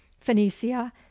phoenicia